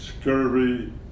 scurvy